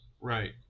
Right